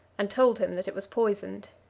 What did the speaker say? and told him that it was poisoned.